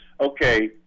Okay